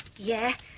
yeah.